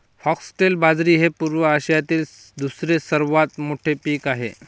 foxtail बाजरी हे पूर्व आशियातील दुसरे सर्वात मोठे पीक आहे